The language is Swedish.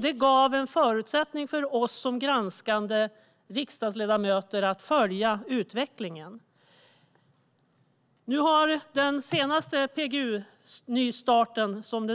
Det gav oss som granskande riksdagsledamöter en möjlighet att följa utvecklingen. Med den senaste PGU-nystarten, som